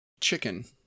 Chicken